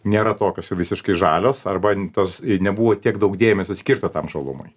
nėra tokios jau visiškai žalios arba tos nebuvo tiek daug dėmesio skirta tam žalumui